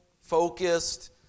focused